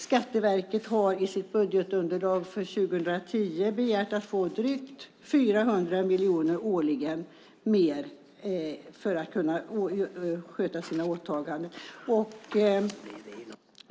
Skatteverket har i sitt budgetunderlag för 2010 begärt att få drygt 400 miljoner mer årligen för att kunna sköta sina åtaganden.